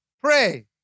Pray